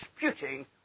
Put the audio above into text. disputing